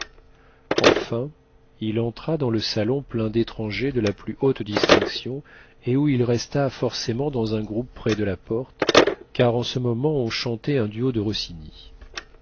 enfin il entra dans le salon plein d'étrangers de la plus haute distinction et où il resta forcément dans un groupe près de la porte car en ce moment on chantait un duo de rossini